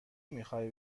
میخوایی